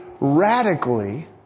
radically